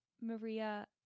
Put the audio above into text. maria